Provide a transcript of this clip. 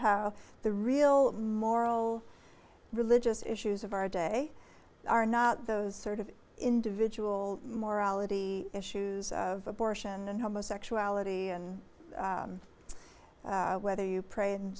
how the real moral religious issues of our day are not those sort of individual more ality issues of abortion and homosexuality and whether you pray in